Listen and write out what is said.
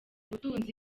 ubutunzi